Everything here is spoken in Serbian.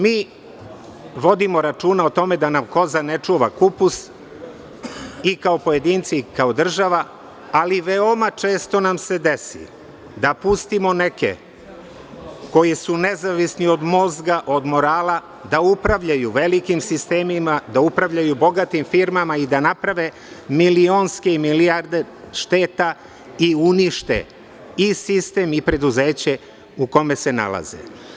Mi vodimo računa o tome da nam koza ne čuva kupus i kao pojedinci i kao država, ali veoma često nam se desi da pustimo neke koji su nezavisni od mozga, od morala, da upravljaju velikim sistemima, da upravljaju bogatim firmama i da naprave milionske i milijarde šteta i unište i sistem i preduzeće u kome se nalaze.